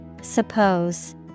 Suppose